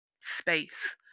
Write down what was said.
space